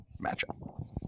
matchup